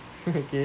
okay